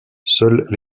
seules